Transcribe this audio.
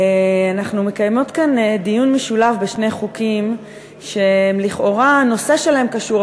אנחנו מקיימות כאן דיון משולב בשני חוקים שלכאורה הנושא שלהם קשור,